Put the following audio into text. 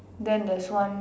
then there's one